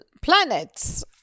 planets